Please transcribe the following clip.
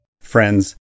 Friends